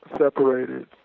separated